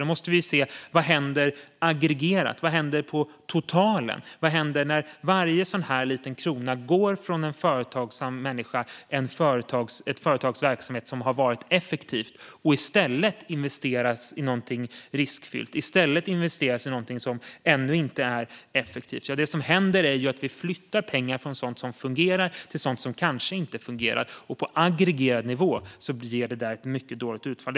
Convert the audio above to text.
Vi måste se på vad som händer aggregerat, vad som händer på totalen och vad som händer när varje liten krona går från en företagsam människa eller en företagsverksamhet som har varit effektiv och i stället investeras i något riskfyllt, i något som ännu inte är effektivt. Det som händer är att vi flyttar pengar från sådant som fungerar till sådant som kanske inte fungerar. På aggregerad nivå ger detta ett mycket dåligt utfall.